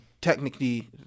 technically